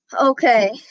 Okay